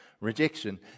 rejection